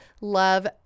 Love